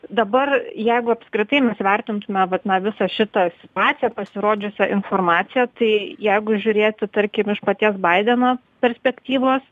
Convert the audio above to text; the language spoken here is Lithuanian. dabar jeigu apskritai mes vertintume vat na visą šitą situaciją pasirodžiusią informaciją tai jeigu žiūrėti tarkim iš paties baideno perspektyvos